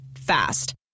Fast